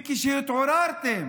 וכשהתעוררתם